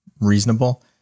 reasonable